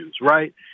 right